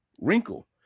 wrinkle